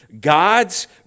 God's